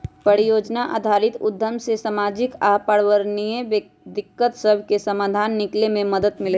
परिजोजना आधारित उद्यम से सामाजिक आऽ पर्यावरणीय दिक्कत सभके समाधान निकले में मदद मिलइ छइ